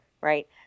right